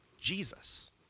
Jesus